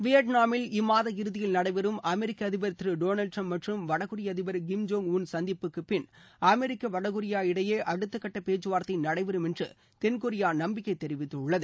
வியாட்நாமில் இம்மாத இறுதியில் நடைபெறும் அமெரிக்க அதிபர் திரு டொனால்டு டிரம்ப் மற்றும் வடகொரிய அதிபர் கிம் ஜோங் உன் சந்திப்புக்கு பின் அமெரிக்கா வடகொரியா இடையே அடுத்தகட்ட பேச்சுவார்த்தை நடைபெறும் என்று தென்கொரியா நம்பிக்கை தெரிவித்துள்ளது